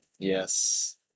Yes